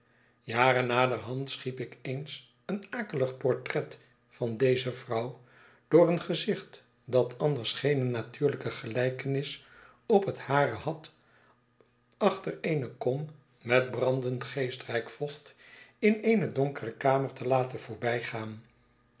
jaren naderhand schiep ik eens een akelig portret van deze vrouw door een gezicht dat anders geene natuurlijke gelijkenis op het hare had achter eene kom met brandend geestrijk vocht in eene donkere kamer te laten voorbijgaan